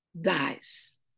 dies